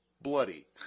bloody